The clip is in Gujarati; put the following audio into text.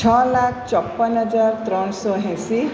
છ લાખ ચોપ્પન હજાર ત્રણસો એંસી